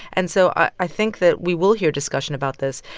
and so i think that we will hear discussion about this.